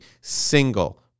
single